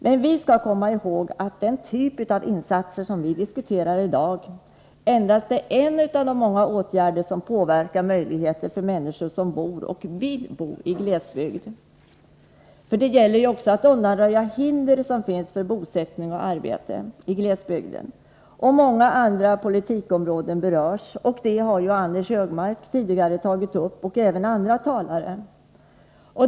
Men vi skall komma ihåg att de insatser som vi diskuterar i dag endast är några av de åtgärder som påverkar möjligheterna för människor som bor, och vill bo, i glesbygd. Det gäller också att undanröja hinder för bosättning och arbete i glesbygden. Många andra politiska områden berörs också, vilket även tagits upp av 32 Anders Högmark och andra talare.